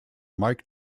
mike